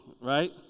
right